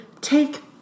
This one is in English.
Take